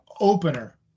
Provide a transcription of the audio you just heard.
opener